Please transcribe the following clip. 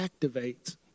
activates